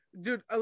Dude